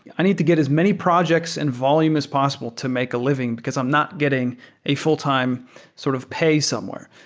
i need to get as many projects and volume as possible to make a living, because i'm not getting a full-time sort of pay somewhere.